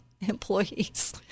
employees